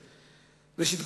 ראשית,